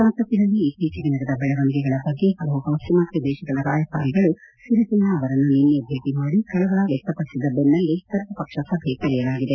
ಸಂಸತ್ತಿನಲ್ಲಿ ಇತ್ತೀಚೆಗೆ ನಡೆದ ದೆಳವಣಿಗಳ ಬಗ್ಗೆ ಹಲವು ಪಾತ್ವಿಮಾತ್ಯ ದೇಶಗಳ ರಾಯಭಾರಿಗಳು ಸಿರಿಸೇನಾ ಅವರನ್ನು ನಿನ್ನೆ ಭೇಟಿ ಮಾಡಿ ಕಳವಳ ವ್ಯಕ್ತಪಡಿಸಿದ ಬೆನ್ನಲ್ಲೇ ಸರ್ವಪಕ್ಷ ಸಭೆ ಕರೆಯಲಾಗಿದೆ